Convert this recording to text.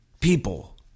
People